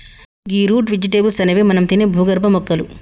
గీ root vegetables అనేవి మనం తినే భూగర్భ మొక్కలు